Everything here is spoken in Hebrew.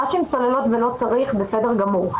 מה שעם סוללות ולא צריך, בסדר גמור.